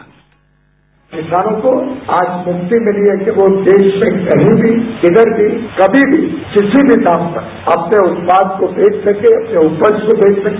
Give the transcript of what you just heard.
sound bite किसानों को आज मुक्ति मिली है कि वो देश में कहीं भी किधर भी कभी भी किसी भी दाम पर अपने उत्पाद को बेच सके या उपज को बेच सके